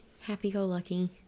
happy-go-lucky